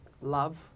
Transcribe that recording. love